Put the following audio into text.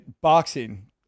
Boxing